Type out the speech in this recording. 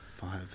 five